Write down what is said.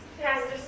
Pastor